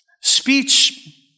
Speech